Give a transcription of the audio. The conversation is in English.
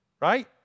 Right